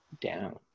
down